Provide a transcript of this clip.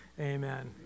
Amen